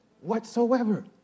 whatsoever